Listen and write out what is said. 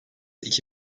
iki